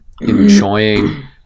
enjoying